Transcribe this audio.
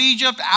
Egypt